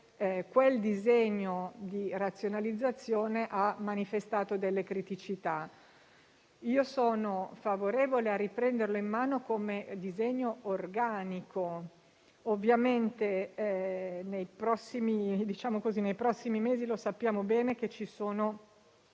quel disegno di razionalizzazione ha manifestato delle criticità e io sono favorevole a riprenderlo in mano come disegno organico. Ovviamente, sappiamo bene che nei